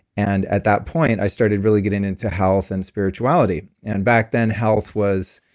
and at that point, i started really getting into health and spirituality. and back then, health was.